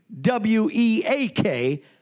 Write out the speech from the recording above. W-E-A-K